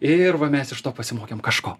ir va mes iš to pasimokėm kažko